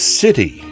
city